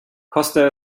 koste